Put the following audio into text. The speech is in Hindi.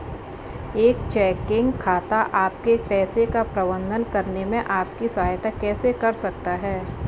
एक चेकिंग खाता आपके पैसे का प्रबंधन करने में आपकी सहायता कैसे कर सकता है?